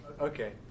Okay